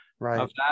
Right